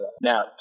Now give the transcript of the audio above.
Now